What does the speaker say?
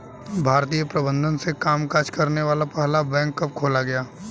भारतीय प्रबंधन से कामकाज करने वाला पहला बैंक कब खोला गया?